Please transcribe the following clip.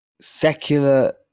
secular